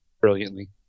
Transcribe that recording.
brilliantly